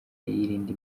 yirinda